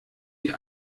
die